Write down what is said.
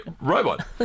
robot